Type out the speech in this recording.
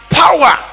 power